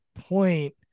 point